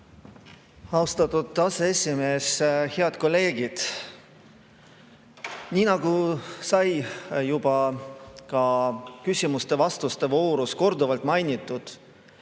Austatud aseesimees! Head kolleegid! Nii nagu sai juba ka küsimuste-vastuste voorus korduvalt mainitud,